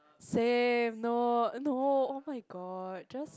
same no no oh-my-god just